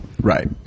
Right